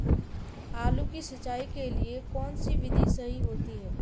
आलू की सिंचाई के लिए कौन सी विधि सही होती है?